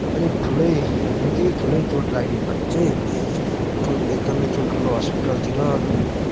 अलिक ठुलै निकै ठुलै चोट लाग्यो भने चाहिँ ठुल एकदमै ठुल्ठुलो हस्पिटलतिर